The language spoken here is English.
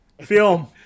film